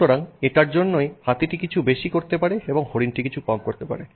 সুতরাং এটার জন্যই হাতিটি কিছু বেশি করতে পারে এবং হরিণটি কিছু কম করতে পারে